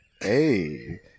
hey